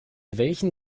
welchen